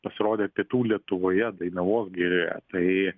pasirodė pietų lietuvoje dainavos girioje tai